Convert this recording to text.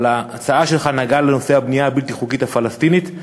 אבל ההצעה שלך נגעה לנושא הבנייה הבלתי-חוקית הפלסטינית,